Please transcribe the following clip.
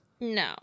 No